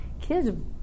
Kids